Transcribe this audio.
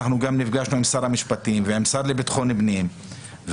נפגשנו גם עם שר המשפטים ועם השר לביטחון פנים ואנחנו